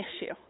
issue